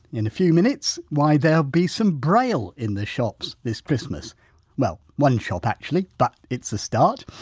in a few minutes, why there'll be some braille in the shops this christmas well one shop actually but it's a start.